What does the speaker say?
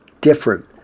different